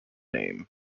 name